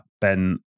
Ben